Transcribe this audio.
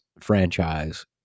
franchise